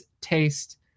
taste